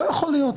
זה לא יכול להיות.